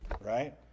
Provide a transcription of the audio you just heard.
right